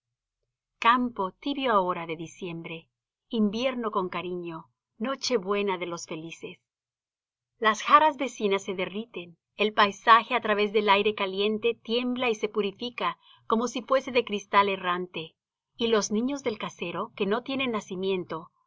campo tibio ahora de diciembre invierno con cariño nochebuena de los felices las jaras vecinas se derriten el paisaje á través del aire caliente tiembla y se purifica como si fuese de cristal errante y los niños del casero que no tienen nacimiento